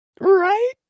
right